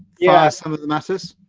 yeah, some of the masses.